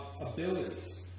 abilities